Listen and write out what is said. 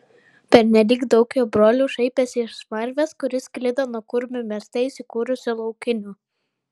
pernelyg daug jo brolių šaipėsi iš smarvės kuri sklido nuo kurmių mieste įsikūrusių laukinių